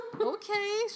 Okay